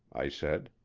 i said.